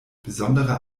besondere